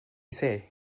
say